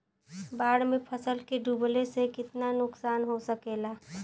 बाढ़ मे फसल के डुबले से कितना नुकसान हो सकेला?